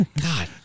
God